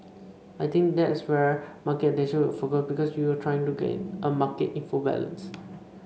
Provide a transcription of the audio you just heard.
I think that's where market attention will focus because you're trying to get a market into balance